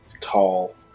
tall